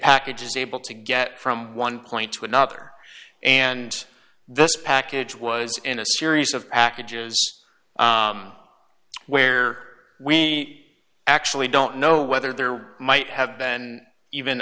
package is able to get from one point to another and this package was in a series of packages where we actually don't know whether there might have been even